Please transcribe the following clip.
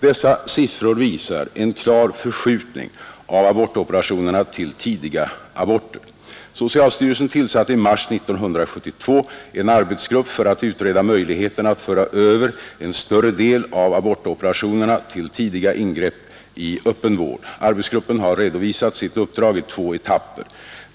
Dessa siffror visar en klar förskjutning av abortoperationerna till tidiga aborter. Socialstyrelsen tillsatte i mars 1972 en arbetsgrupp för att utreda möjligheterna att föra över en större del av abortoperationerna till tidiga ingrepp i öppen vård. Arbetsgruppen har redovisat sitt uppdrag i två etapper.